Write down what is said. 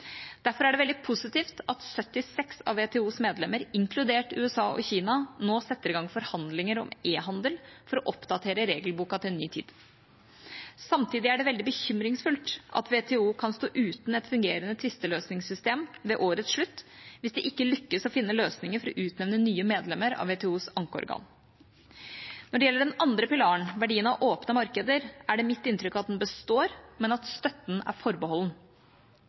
Derfor er det veldig positivt at 76 av WTOs medlemmer, inkludert USA og Kina, nå setter i gang forhandlinger om e-handel for å oppdatere regelboka til en ny tid. Samtidig er det veldig bekymringsfullt at WTO kan stå uten et fungerende tvisteløsningssystem ved årets slutt hvis de ikke lykkes i å finne løsninger for å utnevne nye medlemmer av WTOs ankeorgan. Når det gjelder den andre pilaren, verdien av åpne markeder, er det mitt inntrykk at den består, men at støtten er forbeholden.